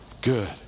good